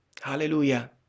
Hallelujah